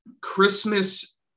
Christmas